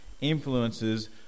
influences